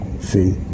See